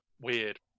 weird